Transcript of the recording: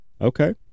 Okay